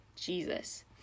Jesus